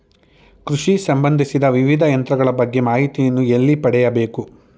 ಕೃಷಿ ಸಂಬಂದಿಸಿದ ವಿವಿಧ ಯಂತ್ರಗಳ ಬಗ್ಗೆ ಮಾಹಿತಿಯನ್ನು ಎಲ್ಲಿ ಪಡೆಯಬೇಕು?